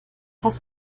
hast